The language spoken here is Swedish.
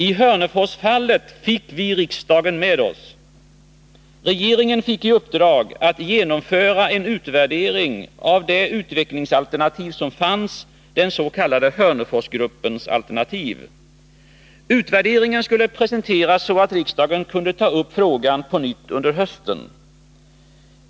I Hörneforsfallet fick vi riksdagen med oss. Regeringen fick i uppdrag att genomföra en utvärdering av det utvecklingsalternativ som fanns, den s.k. Hörneforsgruppens alternativ. Utvärderingen skulle presenteras så att riksdagen kunde ta upp frågan på nytt under hösten.